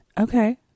okay